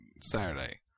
Saturday